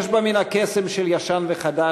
יש בה מן הקסם של ישן וחדש,